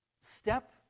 step